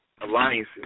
alliances